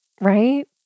right